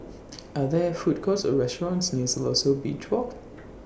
Are There Food Courts Or restaurants near Siloso Beach Walk